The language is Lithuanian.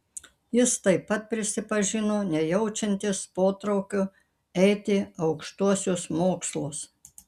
jis taip pat prisipažino nejaučiantis potraukio eiti aukštuosius mokslus